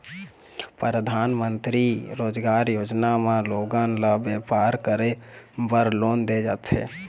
परधानमंतरी रोजगार योजना म लोगन ल बेपार करे बर लोन दे जाथे